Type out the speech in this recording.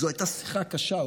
זו הייתה שיחה קשה.